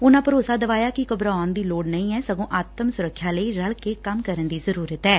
ਉਨੂਾਂ ਭਰੋਸਾ ਦਵਾਇਆ ਕਿ ਘਬਰਾਉਣ ਦੀ ਲੋੜ ਨਹੀਂ ਸਗੋਂ ਸੁਰੱਖਿਆ ਲਈ ਰਲ ਕੇ ਕੰਮ ਕਰਨ ਦੀ ਜ਼ਰੂਰਤ ਐਂ